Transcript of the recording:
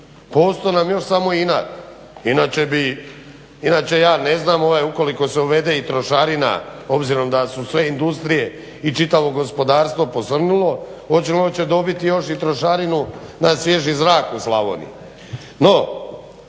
ostao nam je još samo inat, inače bi, inače ja ne znam ukoliko se uvede i trošarina obzirom da su sve industrije i čitavo gospodarstvo posrnulo …/Govornik se ne razumije./… dobiti još i trošarinu na svježi zrak u Slavoniji. No,